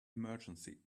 emergency